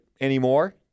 anymore